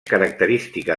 característica